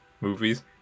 movies